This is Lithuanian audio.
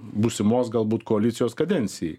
būsimos galbūt koalicijos kadencijai